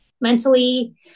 mentally